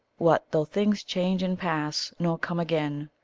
what though things change and pass, nor come again!